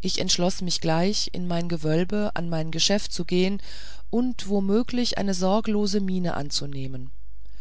ich entschloß mich gleich in mein gewölbe an mein geschäft zu gehen und wo möglich eine sorglose miene anzunehmen